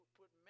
put